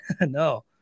No